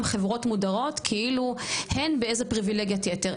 חברות מודרות כאילו הן באיזו פריווילגיית יתר,